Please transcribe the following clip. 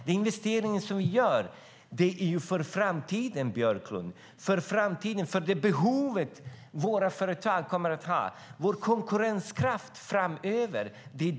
Den investering som vi behöver är för framtiden, Jan Björklund, för det behov våra företag kommer att ha och för vår konkurrenskraft framöver.